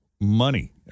money